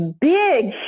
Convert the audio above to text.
big